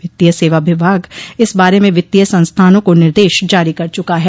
वित्तीय सेवा विभाग इस बारे में वित्तीय संस्थानों को निर्देश जारी कर चुका है